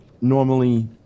normally